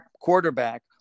quarterback